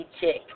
chick